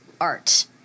art